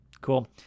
Cool